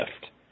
shift